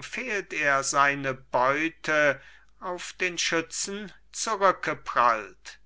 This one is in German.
fehlt er seine beute auf den schützen zurücke prallt